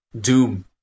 Doom